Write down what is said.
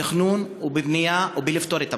בתכנון ובנייה ובפתרון הבעיה?